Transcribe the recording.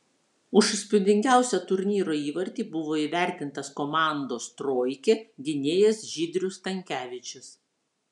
už įspūdingiausią turnyro įvartį buvo įvertintas komandos troikė gynėjas žydrius stankevičius